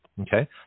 Okay